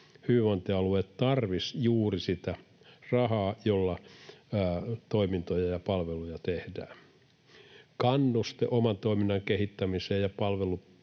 hyvinvointialueet tarvitsisivat juuri sitä rahaa, jolla toimintoja ja palveluja tehdään. Kannuste oman toiminnan ja palveluprosessien